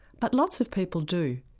but lots of people do.